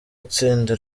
itsinda